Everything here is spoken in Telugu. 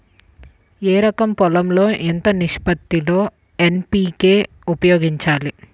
ఎకరం పొలం లో ఎంత నిష్పత్తి లో ఎన్.పీ.కే ఉపయోగించాలి?